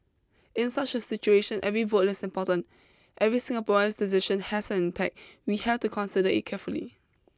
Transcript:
in such a situation every vote is important every Singaporean's decision has an impact we have to consider it carefully